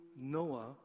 Noah